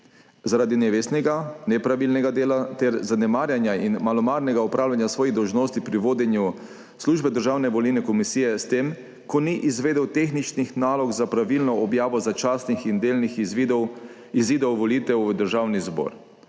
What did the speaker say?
zaradi nevestnega, nepravilnega dela ter zanemarjanja in malomarnega opravljanja svojih dolžnosti pri vodenju službe državne volilne komisije s tem ko ni izvedel tehničnih nalog za pravilno objavo začasnih in delnih izvidov izidov volitev v Državni zbor.